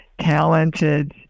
talented